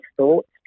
thoughts